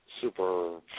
super